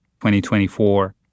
2024